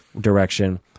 direction